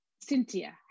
Cynthia